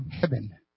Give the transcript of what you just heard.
heaven